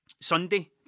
Sunday